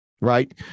right